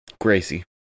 Gracie